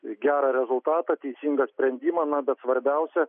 gerą rezultatą teisingą sprendimą na bet svarbiausia